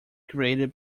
created